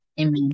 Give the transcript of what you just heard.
amen